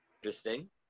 Interesting